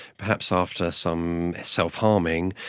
perhaps after some self-harming,